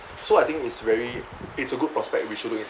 so I think it's very it's a good prospect we should look into